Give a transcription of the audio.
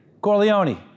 Corleone